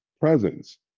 presence